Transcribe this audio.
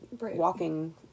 walking